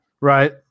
Right